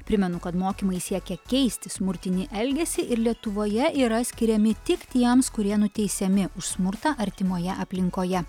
primenu kad mokymai siekia keisti smurtinį elgesį ir lietuvoje yra skiriami tik tiems kurie nuteisiami už smurtą artimoje aplinkoje